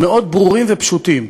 מאוד ברורים ופשוטים.